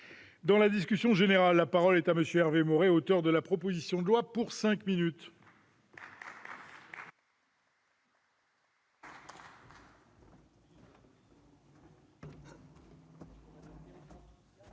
Dans la discussion générale, la parole est à M. Hervé Maurey, auteur de la proposition de loi. Monsieur